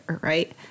right